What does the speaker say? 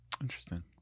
Interesting